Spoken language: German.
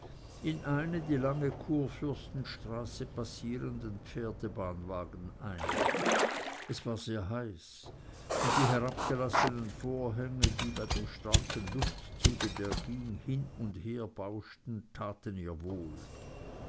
in einen die lange kurfürstenstraße passierenden pferdebahnwagen ein es war sehr heiß und die herabgelassenen vorhänge die bei dem starken luftzuge der ging hin und her bauschten taten ihr wohl